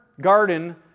garden